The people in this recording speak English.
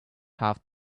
half